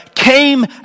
came